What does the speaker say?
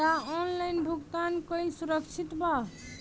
का ऑनलाइन भुगतान करल सुरक्षित बा?